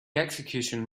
execution